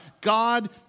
God